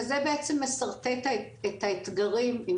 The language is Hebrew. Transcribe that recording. זה משרטט את האתגרים גם